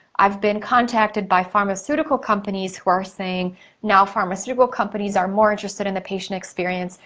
i've been contacted by pharmaceutical companies who are saying now pharmaceutical companies are more interested in the patient experience.